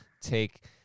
take